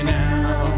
now